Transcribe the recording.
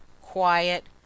quiet